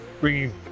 Bringing